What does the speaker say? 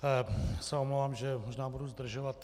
Já se omlouvám, že možná budu zdržovat.